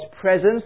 presence